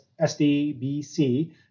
SDBC